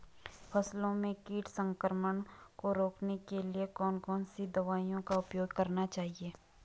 फसलों में कीट संक्रमण को रोकने के लिए कौन कौन सी दवाओं का उपयोग करना चाहिए?